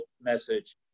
message